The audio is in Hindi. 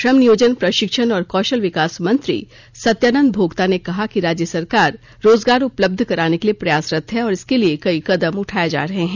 श्रम नियोजन प्रशिक्षण और कौशल विकास मंत्री सत्यानंद भोक्ता ने कहा है कि राज्य सरकार रोजगार उपलब्ध कराने के लिए प्रयासरत है और इसके लिए कई कदम उठाये जा रहे हैं